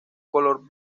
color